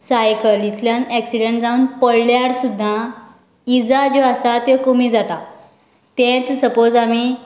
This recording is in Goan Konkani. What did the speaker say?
सायकलींतल्यान एक्सीडेंट जावन पडल्यार सुद्दां इजा ज्यो आसा त्यो कमी जाता तेंच सपाॅज आमी